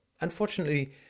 Unfortunately